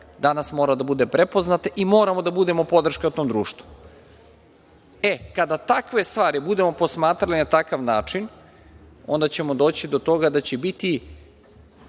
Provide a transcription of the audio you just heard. danas mora da bude prepoznato i moramo da budemo podrška tom društvu. Kada takve stvari budemo posmatrali na takav način onda ćemo doći do toga da će biti